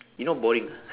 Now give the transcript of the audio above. you not boring ah